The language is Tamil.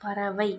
பறவை